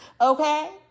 okay